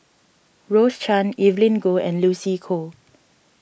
Rose Chan Evelyn Goh and Lucy Koh